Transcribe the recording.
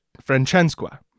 Francesca